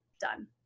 Done